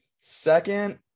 second